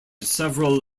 several